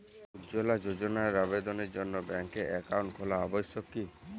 উজ্জ্বলা যোজনার আবেদনের জন্য ব্যাঙ্কে অ্যাকাউন্ট খোলা আবশ্যক কি?